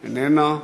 איננה,